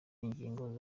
ingingo